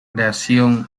creación